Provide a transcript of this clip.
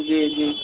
जी जी